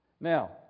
Now